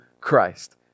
Christ